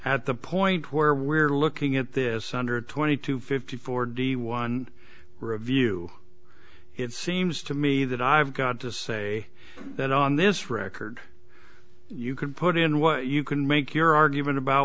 the point where we're looking at this under twenty two fifty four d one review it seems to me that i've got to say that on this record you can put in what you can make your argument about